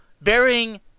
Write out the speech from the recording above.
bearing